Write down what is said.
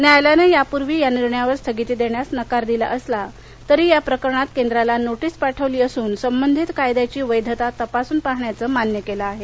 न्यायालयानं यापूर्वी या निर्णयावर स्थगिती देण्यास नकार दिला असला तरी या प्रकरणात केंद्राला नोटिस पाठविली असून संबंधित कायद्याची वैधता तपासून पाहण्याचं मान्य केलं आहे